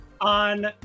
on